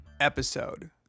episode